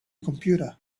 computer